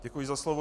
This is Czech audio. Děkuji za slovo.